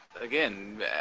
again